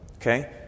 Okay